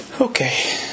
Okay